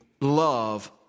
love